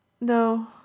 no